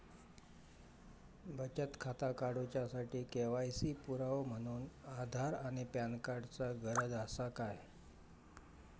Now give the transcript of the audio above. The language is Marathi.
बचत खाता काडुच्या साठी के.वाय.सी पुरावो म्हणून आधार आणि पॅन कार्ड चा गरज आसा काय?